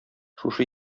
шушы